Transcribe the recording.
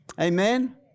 amen